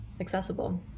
accessible